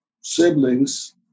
siblings